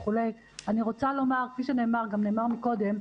אני רוצה לומר, כפי שנאמר קודם,